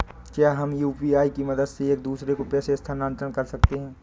क्या हम यू.पी.आई की मदद से एक दूसरे को पैसे स्थानांतरण कर सकते हैं?